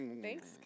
Thanks